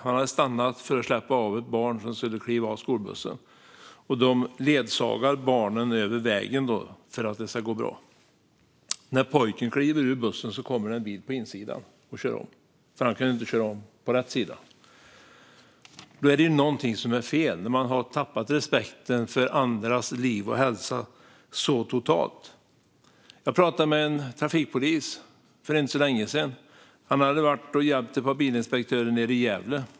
Han hade stannat för att släppa av ett barn från skolbussen. Barnen ledsagas över vägen för att det ska gå bra. När pojken kliver ur bussen kommer det en bil på insidan och kör om, eftersom han inte kunde köra om på rätt sida. När man har tappat respekten för andras liv och hälsa så totalt är det någonting som är fel. För inte så länge sedan pratade jag med en trafikpolis. Han hade hjälpt ett par bilinspektörer i Gävle.